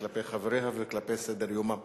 כלפי חבריה וכלפי סדר-יומה.